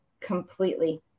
completely